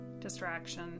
distraction